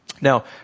Now